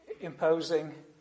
imposing